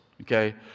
okay